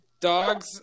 Dogs